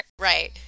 right